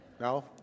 No